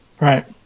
right